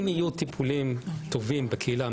אם יהיו טיפולים טובים בקהילה,